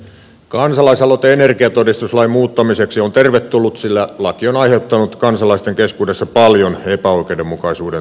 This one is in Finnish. kansalaisaloite energiatodistuslain muuttamiseksi on tervetullut sillä laki on aiheuttanut kansalaisten keskuudessa paljon epäoikeudenmukaisuuden tunteita